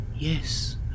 Yes